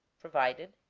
provided.